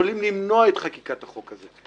יכולים למנוע את חקיקת החוק הזה.